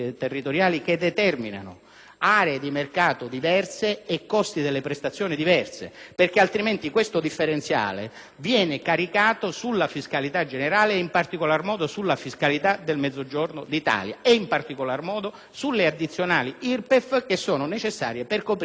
aree di mercato diverse e costi diversi delle prestazioni. In caso contrario, questo differenziale viene caricato sulla fiscalità generale, in particolar modo sulla fiscalità del Mezzogiorno d'Italia e in particolar modo sulle addizionali IRPEF necessarie a coprire questo tipo di risorse.